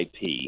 IP